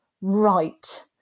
right